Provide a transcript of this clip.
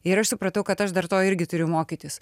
ir aš supratau kad aš dar to irgi turiu mokytis